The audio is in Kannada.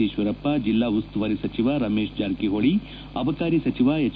ಈಶ್ವರಪ್ಪ ಜಿಲ್ಲಾ ಉಸ್ತುವಾರಿ ಸಚಿವ ರಮೇಶ ಜಾರಕಿಹೊಳಿ ಅಬಕಾರಿ ಸಚಿವ ಎಚ್